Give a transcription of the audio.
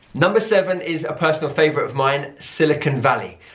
number seven is a personal favourite of mine, silicon valley.